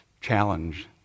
challenge